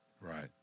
Right